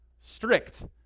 strict